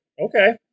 okay